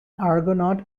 argonaut